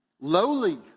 lowly